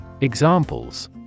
Examples